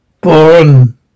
Born